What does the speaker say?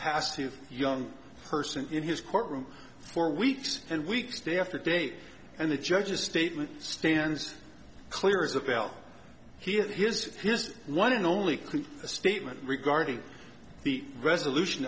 passive young person in his courtroom for weeks and weeks day after day and the judge's statement stands clear isabel he had his his one and only a statement regarding the resolution